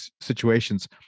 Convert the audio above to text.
situations